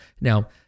Now